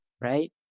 right